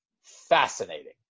fascinating